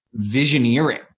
visioneering